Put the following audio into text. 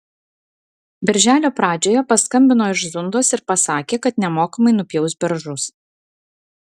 birželio pradžioje paskambino iš zundos ir pasakė kad nemokamai nupjaus beržus